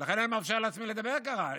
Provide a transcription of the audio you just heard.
לכן אני מאפשר לעצמי לדבר ככה.